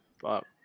Fuck